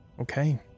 Okay